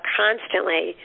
constantly